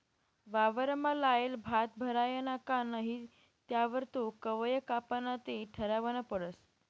वावरमा लायेल भात भरायना का नही त्यावर तो कवय कापाना ते ठरावनं पडस